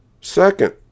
Second